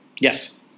Yes